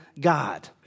God